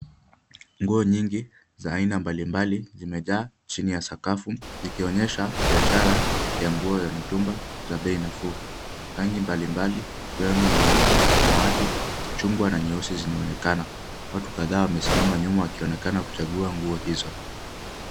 Nguo nyingi za aina mbali mbali zimejaa chini ya sakafu, zikionyesha biashara ya nguo za mitumba za bei nafuu. Rangi mbali mbali ikiwemo nyeupe, samawati, chungwa na nyeusi zinaonekana. Watu kadhaa wamesimama nyuma wakionekana kuchagua nguo hizo.